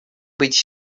быть